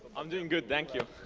i'm doing good, thank you.